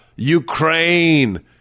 Ukraine